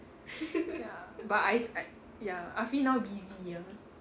ya but I I ya afee now busy ah